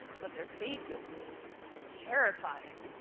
but their faces were terrifying.